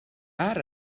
ara